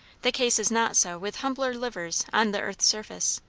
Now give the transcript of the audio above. the case is not so with humbler livers on the earth's surface.